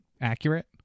accurate